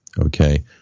Okay